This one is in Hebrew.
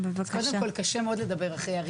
קודם כול, קשה מאוד לדבר אחרי א'.